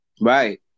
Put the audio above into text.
right